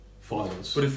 files